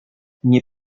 nie